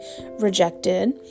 rejected